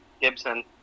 Gibson